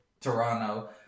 Toronto